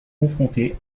confrontés